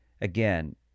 again